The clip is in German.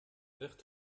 wird